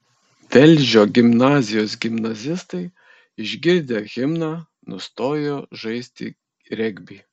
velžio gimnazijos gimnazistai išgirdę himną nustojo žaisti regbį